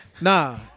Nah